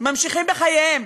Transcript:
ממשיכים בחייהם.